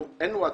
אין לנו וואטסאפ.